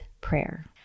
prayer